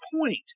point